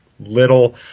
little